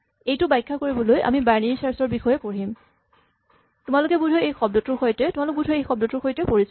এইটো ব্যাখ্যা কৰিবলৈ আমি বাইনেৰী চাৰ্ছ ৰ বিষয়ে পঢ়িম তোমালোক বোধহয় এই শব্দটোৰ সৈতে পৰিচিত